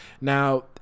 Now